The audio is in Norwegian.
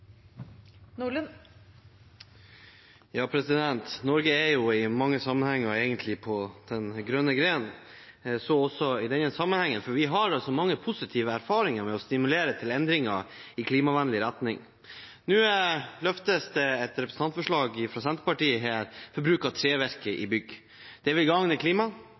i mange sammenhenger på den grønne gren. Slik er det også i denne sammenheng, for vi har mange positive erfaringer med å stimulere til endringer i klimavennlig retning. Nå løftes det et representantforslag fra Senterpartiet om bruk av trevirke i bygg. Det vil gagne klimaet